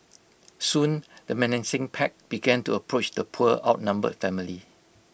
soon the menacing pack began to approach the poor outnumbered family